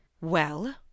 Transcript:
Well